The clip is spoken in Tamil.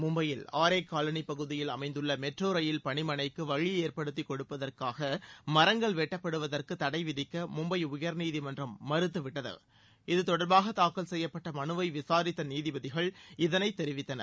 மும்பையில் ஆரே காலனிப் பகுதியில் அமைந்துள்ள மெட்ரோ ரயில் பணிமனைக்கு வழி ஏற்படுத்தி கொடுப்பதற்காக மரங்கள் வெட்டப்படுவதற்கு தடை விதிக்க மும்பை உயர்நீதிமன்றம் மறுத்துவிட்டது இதுதொடர்பாக தாக்கல் செய்யப்பட்ட மனுவை விசாரித்த நீதிபதிகள் இதனை தெரிவித்தனர்